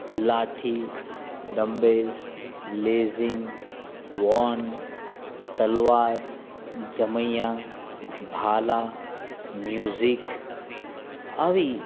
લાઠી dumbbells લેઝીમ વોન તલવાર જમૈયા ભાલા મ્યુઝિક આવી